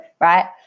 right